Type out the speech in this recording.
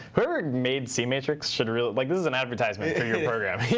whoever made c matrix should really like this and advertisement for your program.